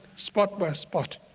spot by spot.